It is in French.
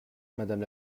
madame